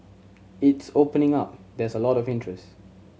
it's opening up there's lot of interest